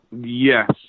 yes